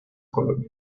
colonia